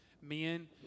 Men